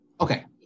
Okay